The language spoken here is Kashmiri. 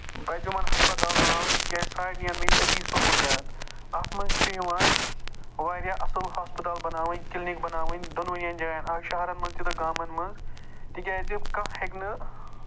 پَزِ یِمَن ہَسپَتال بَناوٕنۍ تِکیٛازِ سارنِین میلہِ أتی سہوٗلیِیات اَتھ منٛز چھُ یِوان واریاہ اَصٕل ہَسپَتال بَناوٕنۍ کٔلِنِک بَناوٕنۍ دۅنوٕنِین جاین اکھ شہرَن منٛز تہٕ گامَن منٛز تِکیٛازِ کانٛہہ ہٮ۪کہِ نہٕ